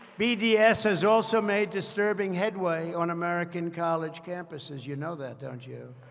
bds has also made disturbing headway on american college campuses. you know that, don't you?